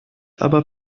aber